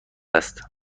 است